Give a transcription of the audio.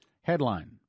Headline